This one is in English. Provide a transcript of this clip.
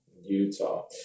Utah